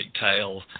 tale